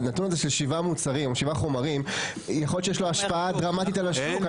הנתון הוא ששבעה חומרים יכול להיות שיש לו השפעה דרמטית על השוק.